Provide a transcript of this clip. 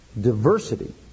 diversity